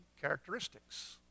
characteristics